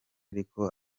ariko